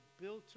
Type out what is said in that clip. built